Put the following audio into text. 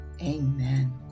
Amen